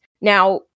Now